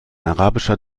arabischer